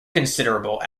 considerable